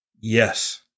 Yes